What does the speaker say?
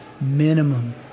minimum